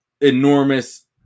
enormous